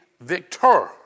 victor